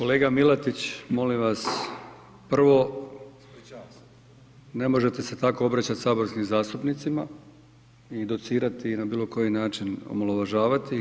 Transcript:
Kolega Milatić, molim vas prvo ne možete se tako obraćati saborskim zastupnicima i docirati na bilo koji način omalovažavati ih.